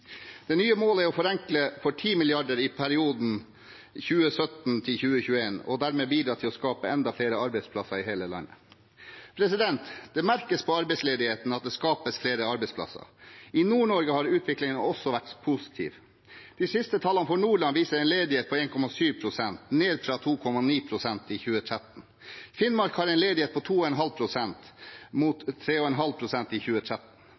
Det nye målet er å forenkle for 10 mrd. kr i perioden 2017–2021 og dermed bidra til å skape enda flere arbeidsplasser i hele landet. Det merkes på arbeidsledigheten at det skapes flere arbeidsplasser. I Nord-Norge har utviklingen også vært positiv. De siste tallene for Nordland viser en ledighet på 1,7 pst., ned fra 2,9 pst. i 2013. Finnmark har en ledighet på 2,5 pst., mot 3,5 pst. i 2013.